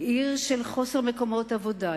היא עיר של חוסר מקומות עבודה.